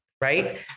right